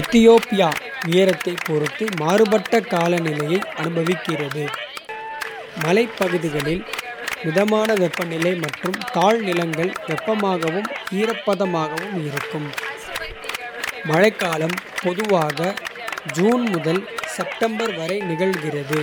எத்தியோப்பியா உயரத்தைப் பொறுத்து மாறுபட்ட. காலநிலையை அனுபவிக்கிறது மலைப்பகுதிகள். மிதமான வெப்பநிலை மற்றும் தாழ்நிலங்கள். வெப்பமாகவும் ஈரப்பதமாகவும் இருக்கும் மழைக்காலம். பொதுவாக ஜூன் முதல் செப்டம்பர் வரை நிகழ்கிறது.